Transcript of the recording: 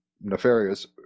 nefarious